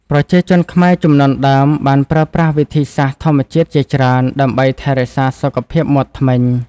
ប្រជាជនខ្មែរជំនាន់ដើមបានប្រើប្រាស់វិធីសាស្រ្តធម្មជាតិជាច្រើន ដើម្បីថែរក្សាសុខភាពមាត់ធ្មេញ។